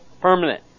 permanent